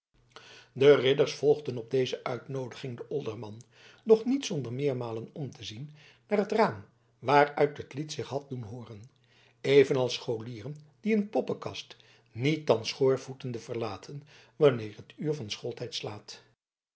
de ridders volgden op deze uitnoodiging den olderman doch niet zonder meermalen om te zien naar het raam waaruit het lied zich had doen hooren evenals scholieren die een poppenkast niet dan schoorvoetende verlaten wanneer het uur van schooltijd slaat